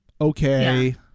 okay